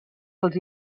els